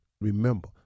remember